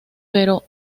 pero